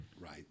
right